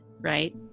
right